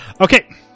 Okay